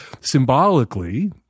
symbolically